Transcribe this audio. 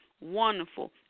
wonderful